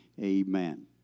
Amen